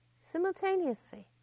Simultaneously